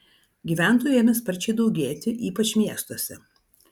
gyventojų ėmė sparčiai daugėti ypač miestuose